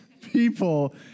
people